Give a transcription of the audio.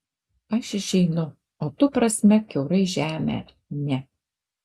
aš išeinu o tu prasmek kiaurai žemę ne